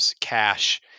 cash